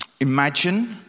Imagine